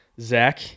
Zach